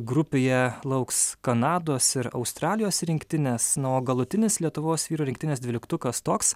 grupėje lauks kanados ir australijos rinktinės na o galutinis lietuvos vyrų rinktinės dvyliktukas toks